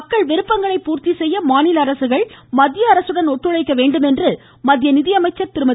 மக்கள் விருப்பங்களை பூர்த்தி செய்ய மாநில அரசுகள் மத்திய அரசுடன் ஒத்துழைக்க வேண்டும் என்று மத்திய நிதியமைச்சர் திருமதி